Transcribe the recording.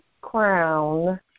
crown